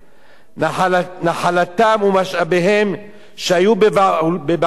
נחלתם ומשאביהם שהיו בבעלותם